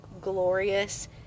glorious